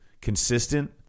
consistent